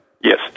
Yes